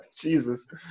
Jesus